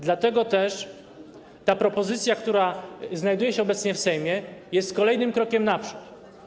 Dlatego też ta propozycja, która znajduje się obecnie w Sejmie, jest kolejnym krokiem naprzód.